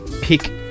pick